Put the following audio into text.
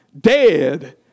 dead